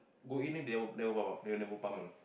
go in then ne~ they never pump one